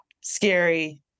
scary